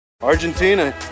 Argentina